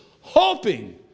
hoping